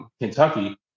Kentucky